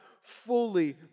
fully